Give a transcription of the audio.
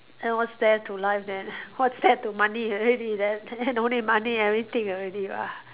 then what's there to life then what's there to money already then then don't need money everything already lah